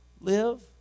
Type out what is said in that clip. live